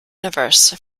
universe